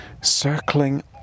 circling